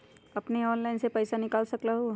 अपने ऑनलाइन से पईसा निकाल सकलहु ह?